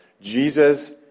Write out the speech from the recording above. Jesus